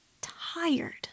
Tired